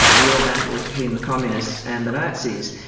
the real battle is between the communists and the nazis.